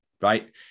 Right